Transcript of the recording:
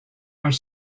are